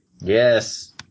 Yes